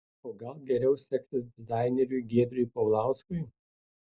o gal geriau seksis dizaineriui giedriui paulauskui